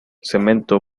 cemento